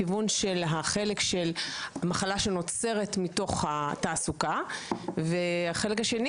כיוון של החלק של מחלה שנוצרת מתוך התעסוקה והחלק השני